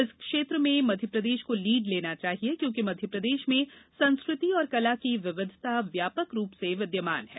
इस क्षेत्र में मध्यप्रदेश को लीड लेना चाहिये क्योंकि मध्यप्रदेश में संस्कृति और कला की विविधता व्यापक रूप में विद्यमान है